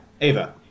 Ava